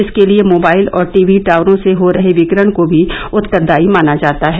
इसके लिए मोबाइल और टीवी टावरों से हो रहे विकिरण को भी उत्तरदायी माना जाता है